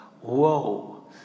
whoa